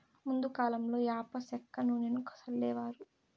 ముందు కాలంలో యాప సెక్క నూనెను సల్లేవారు